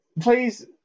please